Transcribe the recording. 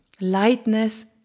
lightness